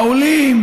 בעולים,